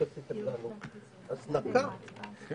אני